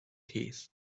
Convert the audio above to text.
teeth